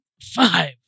Five